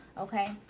okay